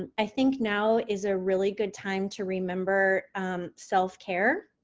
and i think now is a really good time to remember self-care